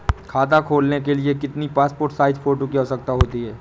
खाता खोलना के लिए कितनी पासपोर्ट साइज फोटो की आवश्यकता होती है?